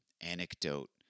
anecdote